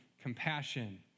compassion